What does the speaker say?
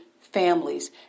families